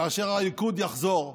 כאשר הליכוד יחזור לשלטון,